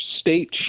state